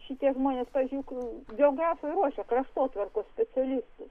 šitie žmonės pavyzdžiui juk geografai ruošia kraštotvarkos specialistus